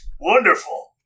Wonderful